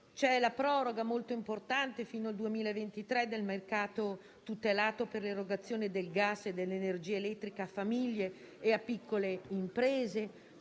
c'è la proroga, molto importante, fino al 2023 del mercato tutelato per l'erogazione del gas e dell'energia elettrica a famiglie e piccole imprese.